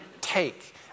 take